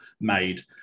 made